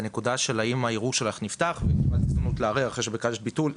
האם הערעור שלך נפתח וקיבלת הזדמנות לערער אחרי שביקשת ביטול,